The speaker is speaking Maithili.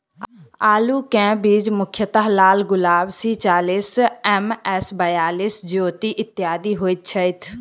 आलु केँ बीज मुख्यतः लालगुलाब, सी चालीस, एम.एस बयालिस, ज्योति, इत्यादि होए छैथ?